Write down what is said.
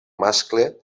mascle